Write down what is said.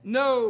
no